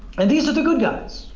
and these are the good guys,